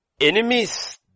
enemies